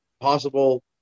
possible